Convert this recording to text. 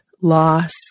loss